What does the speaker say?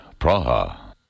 Praha